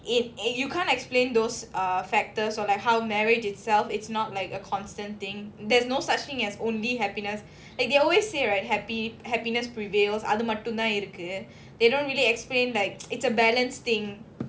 in in you can't explain those ah factors or like how marriage itself it's not like a constant thing there's no such thing as only happiness like they always say right happy happiness prevails அது மட்டும் தான் இருக்கு:athu mattum thaan irukku they don't really explain like it's a balance thing